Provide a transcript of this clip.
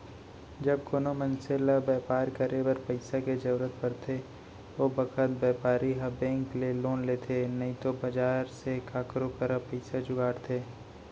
जब कोनों मनसे ल बैपार करे बर पइसा के जरूरत परथे ओ बखत बैपारी ह बेंक ले लोन लेथे नइतो बजार से काकरो करा पइसा जुगाड़थे